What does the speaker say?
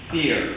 Fear